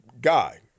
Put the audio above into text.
guy